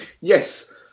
yes